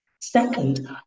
Second